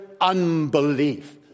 unbelief